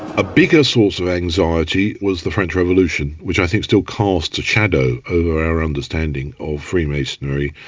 a bigger source of anxiety was the french revolution, which i think still casts a shadow over our understanding of freemasonry.